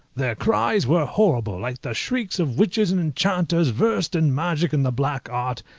their cries were horrible, like the shrieks of witches and enchanters versed in magic and the black art,